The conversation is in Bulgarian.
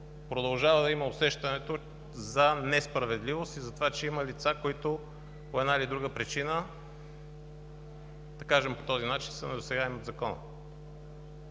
продължава да има усещането за несправедливост и за това, че има лица, които по една или друга причина – да кажем по този начин – са недосегаеми от закона.